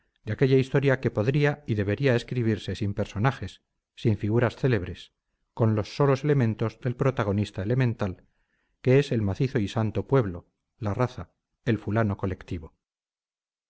de aquella historia que podría y debería escribirse sin personajes sin figuras célebres con los solos elementos del protagonista elemental que es el macizo y santo pueblo la raza el fulano colectivo